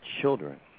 children